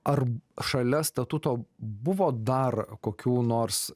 ar šalia statuto buvo dar kokių nors